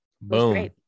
boom